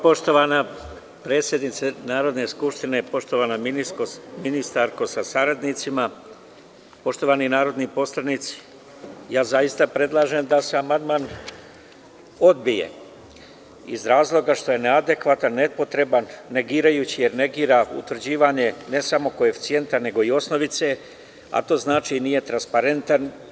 Evo, poštovana predsednice Narodne skupštine, poštovana ministarko sa saradnicima, poštovani narodni poslanici, zaista predlažem da se amandman odbije, iz razloga što je neadekvatan, nepotreban, negirajući, jer negira utvrđivanje ne samo koeficijenta, nego i osnovice, a to znači nije transparentan.